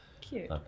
Cute